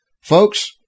Folks